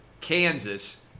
Kansas